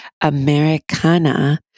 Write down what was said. Americana